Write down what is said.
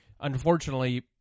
unfortunately